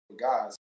guys